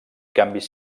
canvis